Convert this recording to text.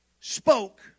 spoke